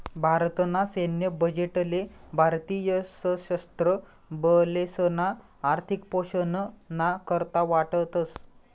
भारत ना सैन्य बजेट ले भारतीय सशस्त्र बलेसना आर्थिक पोषण ना करता वाटतस